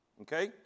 Okay